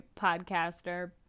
podcaster